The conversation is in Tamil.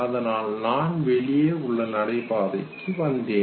அதனால் நான் வெளியே உள்ள நடைபாதைக்கு வந்தேன்